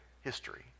history